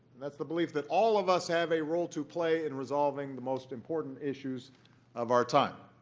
that's the belief that all of us have a role to play in resolving the most important issues of our time.